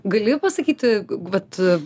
gali pasakyti vat